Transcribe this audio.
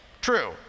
true